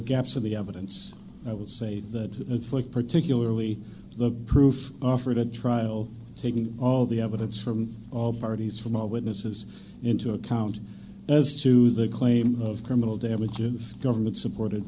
gaps of the evidence i will say that if like particularly the proof offered at trial taking all the evidence from all parties from all witnesses into account as to the claim of criminal damage of government supported